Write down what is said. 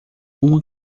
uma